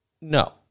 No